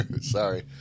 Sorry